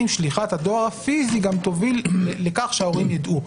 שליחת הדואר הפיזי גם תוביל לכך שההורים ידעו.